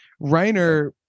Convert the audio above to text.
reiner